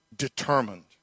Determined